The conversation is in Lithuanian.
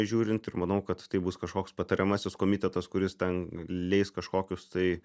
žiūrint ir manau kad tai bus kažkoks patariamasis komitetas kuris ten leis kažkokius tai